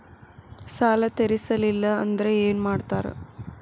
ಸಾಲ ತೇರಿಸಲಿಲ್ಲ ಅಂದ್ರೆ ಏನು ಮಾಡ್ತಾರಾ?